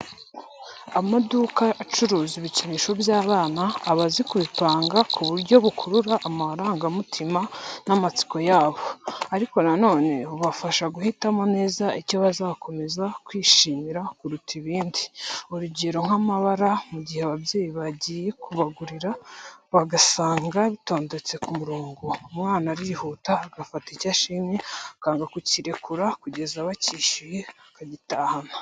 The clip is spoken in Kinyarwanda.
Amaduka acuruza ibikinisho by'abana, aba azi kubipanga ku buryo bukurura amarangamutima n'amatsiko yabo, ariko na none bubafasha guhitamo neza icyo bazakomeza kwishimira kuruta ibindi, urugero nk'amabara, mu gihe ababyeyi bagiye kubagurira bagasanga bitondetse ku murongo, umwana arihuta agafata icyo ashimye akanga kukirekura kugeza bacyishyuye, akagitahana.